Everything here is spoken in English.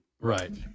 right